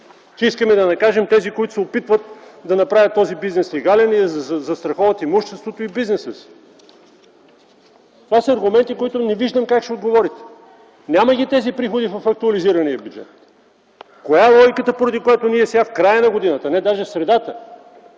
че искаме да накажем тези, които се опитват да направят този бизнес легален, да застраховат имуществото и бизнеса си? Това са аргументи, на които не виждам как ще отговорите. Няма ги тези приходи в актуализирания бюджет. Коя е логиката, поради която ние сега, в края на годината, даже не в средата,